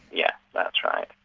yeah that's right.